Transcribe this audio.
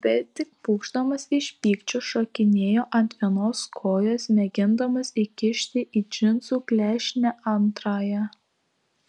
bet tik pūkšdamas iš pykčio šokinėjo ant vienos kojos mėgindamas įkišti į džinsų klešnę antrąją